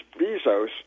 Bezos